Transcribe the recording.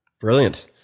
Brilliant